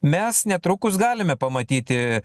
mes netrukus galime pamatyti